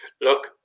Look